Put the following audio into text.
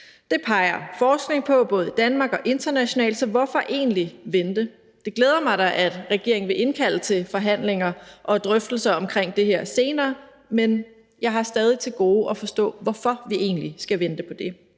Det peger forskning både i Danmark og internationalt på, så hvorfor egentlig vente? Det glæder mig da, at regeringen vil indkalde til forhandlinger og drøftelser om det her senere, men jeg har stadig til gode at forstå, hvorfor vi egentlig skal vente på det.